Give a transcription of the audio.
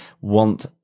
want